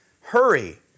hurry